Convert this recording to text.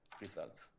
results